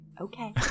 Okay